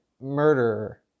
Murderer